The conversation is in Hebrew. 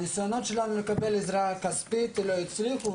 הניסיונות שלנו לקבל עזרה כספית לא הצליחו,